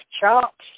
chops